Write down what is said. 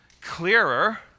clearer